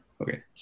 Okay